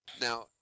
Now